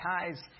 ties